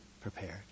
prepared